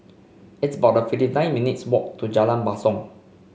it's about fifty nine minutes' walk to Jalan Basong